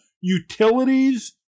utilities